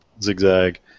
zigzag